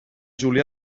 julià